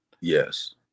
Yes